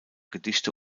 gedichte